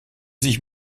sich